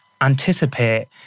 anticipate